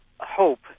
hope